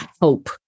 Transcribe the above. hope